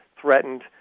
threatened